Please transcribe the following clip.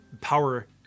Power